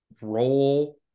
role